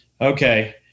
okay